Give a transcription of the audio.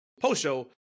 post-show